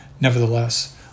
nevertheless